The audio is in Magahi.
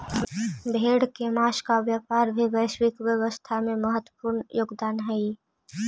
भेड़ के माँस का व्यापार भी वैश्विक अर्थव्यवस्था में महत्त्वपूर्ण योगदान हई